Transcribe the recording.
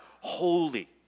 holy